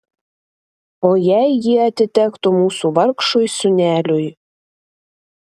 o jei jie atitektų mūsų vargšui sūneliui